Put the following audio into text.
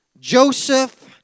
Joseph